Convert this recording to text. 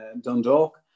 Dundalk